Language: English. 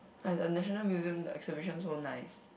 like the National Museum the exhibition so nice